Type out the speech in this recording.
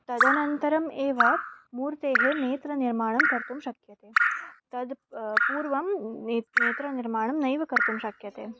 तदनन्तरम् एव मूर्तेः नेत्रनिर्माणं कर्तुं शक्यते तद् पूर्वं ने नेत्रनिर्माणं नैव कर्तुं शक्यते